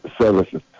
services